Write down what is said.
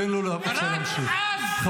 איזה כיבוש היה בעזה ב-7 באוקטובר?